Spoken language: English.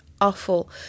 awful